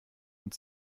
und